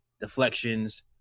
deflections